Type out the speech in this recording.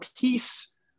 peace